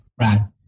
Right